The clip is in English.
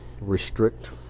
restrict